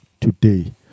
today